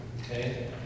Okay